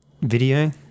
video